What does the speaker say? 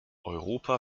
europa